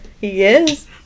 Yes